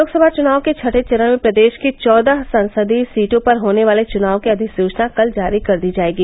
लोकसभा चुनाव के छठें चरण में प्रदेश की चौदह संसदीय सीटों पर होने वाले चुनाव की अधिसूचना कल जारी कर दी जायेगी